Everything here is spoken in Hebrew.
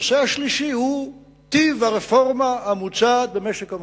הנושא השלישי הוא טיב הרפורמה המוצעת במשק המים.